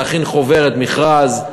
להכין חוברת מכרז.